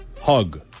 Hug